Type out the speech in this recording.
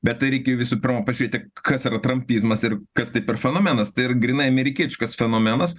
bet tai reikia visų pirma pažiūrėti kas yra trampizmas ir kas tai per fenomenas tai ir grynai amerikietiškas fenomenas